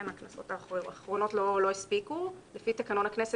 בכנסות האחרון לא הספיקו ולפי תקנון הכנסת